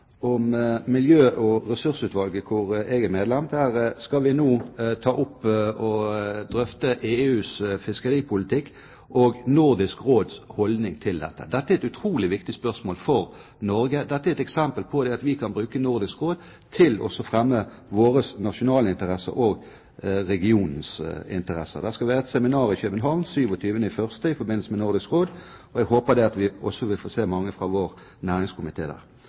miljø- og ressursutvalget, hvor jeg er medlem. Der skal vi nå ta opp og drøfte EUs fiskeripolitikk og Nordisk Råds holdning til dette. Dette er et utrolig viktig spørsmål for Norge. Dette er et eksempel på at vi kan bruke Nordisk Råd til å fremme våre nasjonale interesser og regionens interesser. Det skal være et seminar i København 27. januar i forbindelse med Nordisk Råd, og jeg håper vi også vil få se mange fra vår næringskomité der.